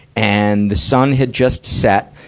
and the sun had just set.